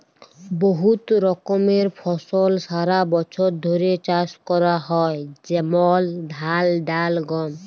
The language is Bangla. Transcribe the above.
বহুত রকমের ফসল সারা বছর ধ্যরে চাষ ক্যরা হয় যেমল ধাল, ডাল, গম